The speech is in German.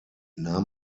nahm